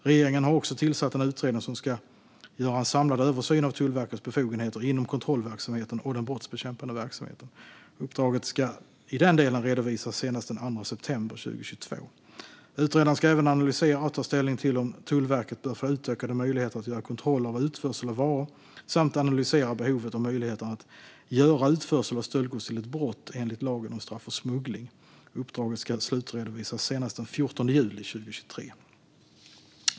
Regeringen har också tillsatt en utredning som ska göra en samlad översyn av Tullverkets befogenheter inom kontrollverksamheten och den brottsbekämpande verksamheten. Uppdraget ska i den delen redovisas senast den 2 september 2022. Utredaren ska även analysera och ta ställning till om Tullverket bör få utökade möjligheter att göra kontroller av utförsel av varor samt analysera behovet av och möjligheterna att göra utförsel av stöldgods till ett brott enligt lagen om straff för smuggling. Uppdraget ska slutredovisas senast den 14 juli 2023.